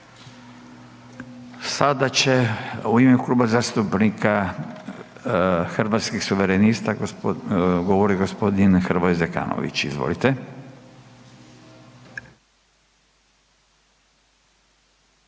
Sada će u ime Kluba zastupnika Hrvatskih suverenista govoriti gospodin Hrvoje Zekanović. Izvolite.